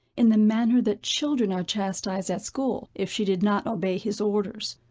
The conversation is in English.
in the manner that children are chastised at school, if she did not obey his orders.